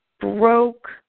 Broke